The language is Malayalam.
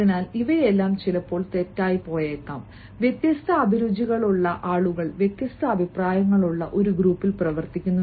അതിനാൽ ഇവയെല്ലാം ചിലപ്പോൾ തെറ്റായിപ്പോയേക്കാം വ്യത്യസ്ത അഭിരുചികളുള്ള ആളുകൾ വ്യത്യസ്ത അഭിപ്രായങ്ങളുള്ള ഒരു ഗ്രൂപ്പിൽ പ്രവർത്തിക്കുന്നു